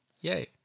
Yay